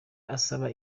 asaba